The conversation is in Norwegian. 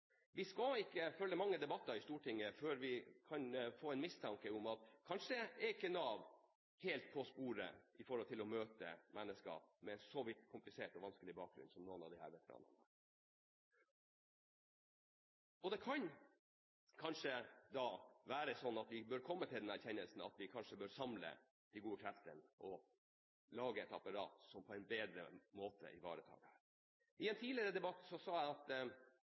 Vi skal ikke følge mange debatter i Stortinget før vi kan få en mistanke om at Nav kanskje ikke er helt på sporet når det gjelder å møte mennesker med en så komplisert og vanskelig bakgrunn som noen av disse veteranene har. Kanskje bør vi da komme til den erkjennelsen at vi bør samle de gode kreftene og lage et apparat som på en bedre måte ivaretar dette. I en tidligere debatt sa jeg at